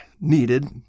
needed